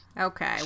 Okay